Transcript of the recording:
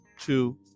two